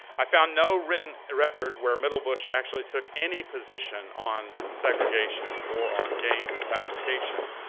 i found no written record where middlebush actually took any position on segregation or on gaines's application.